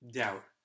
doubt